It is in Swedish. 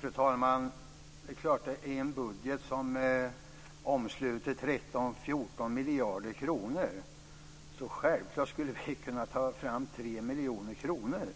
Fru talman! Det är självklart att vi i en budget som omsluter 14 miljarder kronor skulle kunna ta fram 3 miljoner kronor,